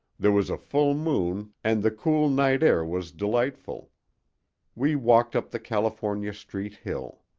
there was a full moon and the cool night air was delightful we walked up the california street hill.